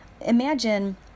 Imagine